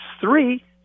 three